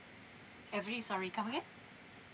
every sorry come again